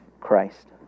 Christ